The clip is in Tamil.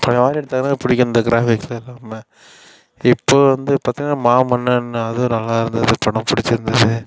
பழையமாதிரி எடுத்தால்தான் பிடிக்கும் எந்த கிராஃபிக்ஸ்சும் இல்லாமல் இப்போ வந்து பார்த்திங்கனா மாமன்னன் அதுவும் நல்லாயிருந்துது படம் பிடிச்சிருந்துது